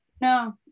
no